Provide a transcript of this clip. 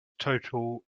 total